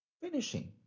finishing